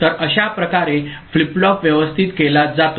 तर अशाप्रकारे flip flop व्यवस्थित केला जातो